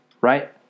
Right